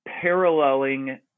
paralleling